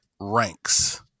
ranks